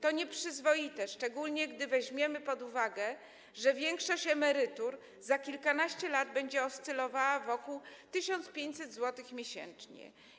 To nieprzyzwoite, szczególnie gdy weźmiemy od uwagę, że większość emerytur za kilkanaście lat będzie oscylowała wokół 1500 zł miesięcznie.